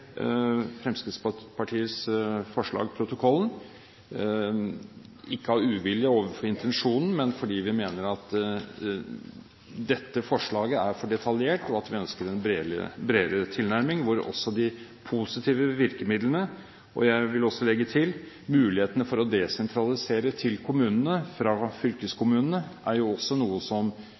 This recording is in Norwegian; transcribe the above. Fremskrittspartiets forslag protokollen – ikke av uvilje overfor intensjonen, men fordi vi mener at dette forslaget er for detaljert og vi ønsker en bredere tilnærming med også de positive virkemidlene. Jeg vil legge til at mulighetene for å desentralisere til kommunene fra fylkeskommunene, også er